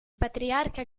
patriarca